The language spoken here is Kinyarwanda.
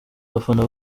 abafana